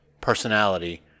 personality